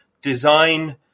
design